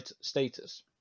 status